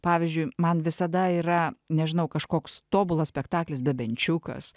pavyzdžiui man visada yra nežinau kažkoks tobulas spektaklis bebenčiukas